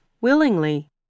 willingly